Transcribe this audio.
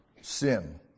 sin